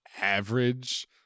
average